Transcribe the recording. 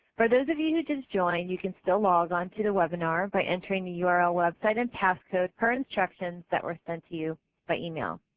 for those of you who just joined, you can still log on to the webinar by entering the url, website and pass code per instructions that were sent to you by email.